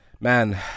man